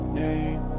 name